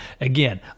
Again